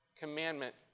Commandment